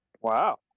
Wow